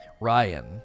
Ryan